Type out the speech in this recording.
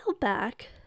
back